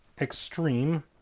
Extreme